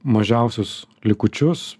mažiausius likučius